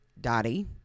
Dottie